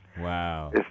Wow